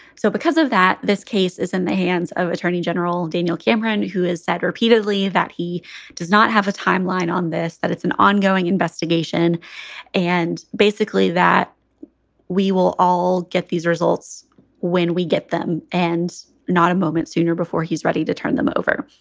so because of that, this case is in the hands of attorney general daniel cameron, who has said repeatedly that he does not have a timeline on this that it's an ongoing investigation and basically that we will all get these results when we get them and not a moment sooner before he's ready to turn them over